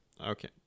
Okay